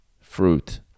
fruit